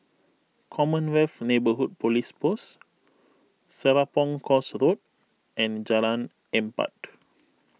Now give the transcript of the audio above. Commonwealth Neighbourhood Police Post Serapong Course Road and Jalan Empat